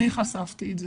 ל.י.: אני חשפתי את זה.